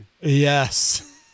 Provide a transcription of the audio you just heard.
Yes